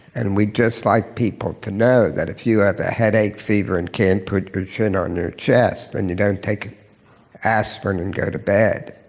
and we'd just like people to know that if you have a headache, fever, and can't put your chin in and your chest, then you don't take an aspirin and go to bed.